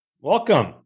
welcome